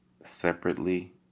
Separately